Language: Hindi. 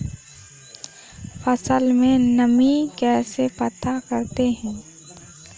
फसल में नमी कैसे पता करते हैं?